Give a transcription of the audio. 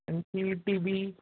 आणखी T V